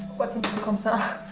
what comes up